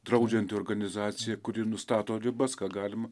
draudžianti organizacija kuri nustato ribas ką galima